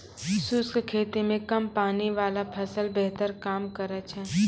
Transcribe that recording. शुष्क खेती मे कम पानी वाला फसल बेहतर काम करै छै